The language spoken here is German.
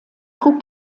trug